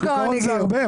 שוק ההון זה הרבה.